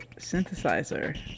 synthesizer